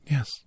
Yes